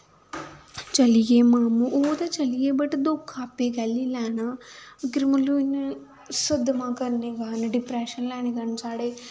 चली गे मामू ओह् ते चली गे बट दुख आपैं कैल्ली लैना अगर मतलब सदमां करने कारण डिप्रैशन लैने कारण साढ़े